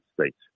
States